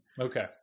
Okay